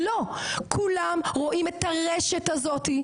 לא כולם רואים את הרשת הזאת,